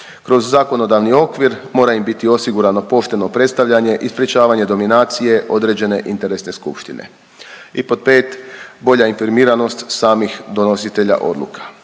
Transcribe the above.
Kroz zakonodavni okvir mora im biti osigurano pošteno predstavljanje i sprječavanje dominacije određene interesne skupštine. I pod 5., bolja informiranost samih donositelja odluka.